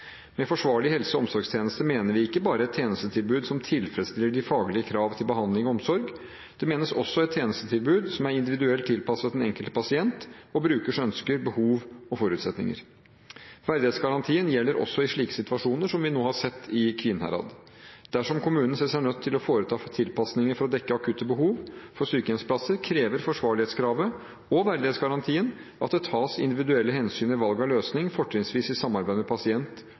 Med forsvarlige helse- og omsorgstjenester mener vi ikke bare et tjenestetilbud som tilfredsstiller de faglige krav til behandling og omsorg. Det menes også et tjenestetilbud som er individuelt tilpasset den enkelte pasient og brukers ønsker, behov og forutsetninger. Verdighetsgarantien gjelder også i slike situasjoner som vi nå har sett i Kvinnherad. Dersom kommunen ser seg nødt til å foreta tilpasninger for å dekke akutte behov for sykehjemsplasser, krever forsvarlighetskravet og verdighetsgarantien at det tas individuelle hensyn i valg av løsning – fortrinnsvis i samarbeid med pasient